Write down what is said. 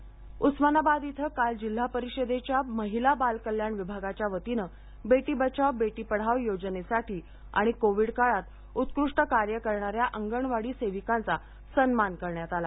सन्मान उस्मानाबाद इथं काल जिल्हा परिषदेच्या महिला बालकल्याण विभागाच्यावतीने बेटी बचाव बेटी पढाओ योजनेसाठी आणि कोविड काळात उत्कृष्ट कार्य करणाऱ्या अंगणवाडी सेविकांचा सन्मान करण्यात आला